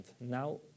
Now